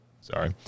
sorry